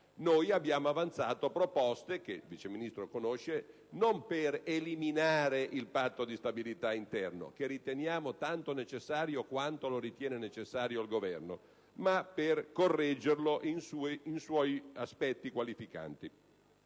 Abbiamo avanzato proposte, che il Vice Ministro conosce, non per eliminare il Patto di stabilità interno, che riteniamo tanto necessario quanto lo ritiene necessario il Governo, ma per correggerlo in alcuni dei suoi aspetti qualificanti.